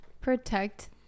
protect